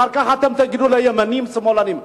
אחר כך תגידו לימנים ולשמאלנים.